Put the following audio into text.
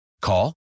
Call